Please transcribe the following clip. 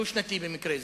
דו-שנתי במקרה זה.